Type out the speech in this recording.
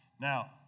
Now